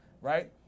right